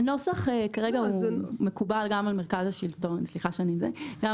הנוסח כרגע מקובל גם על מרכז השלטון המקומי.